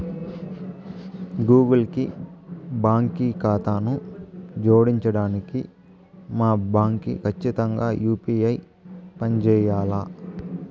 Google కి బాంకీ కాతాను జోడించడానికి మా బాంకీ కచ్చితంగా యూ.పీ.ఐ పంజేయాల్ల